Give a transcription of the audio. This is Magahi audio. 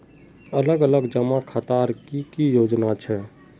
अलग अलग जमा खातार की की योजना छे?